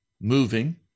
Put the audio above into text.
moving